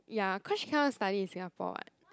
ya cause she cannot study in Singapore [what]